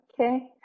Okay